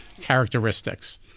characteristics